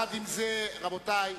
עם זה, רבותי,